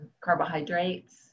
carbohydrates